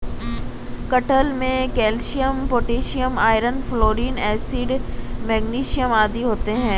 कटहल में calcium potassium iron folic acid magnesium आदि होते हैं